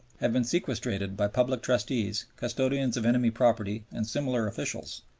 have been sequestrated by public trustees, custodians of enemy property and similar officials,